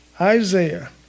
Isaiah